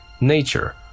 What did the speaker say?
nature